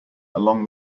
along